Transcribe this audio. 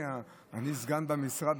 אני סגן במשרד,